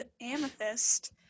amethyst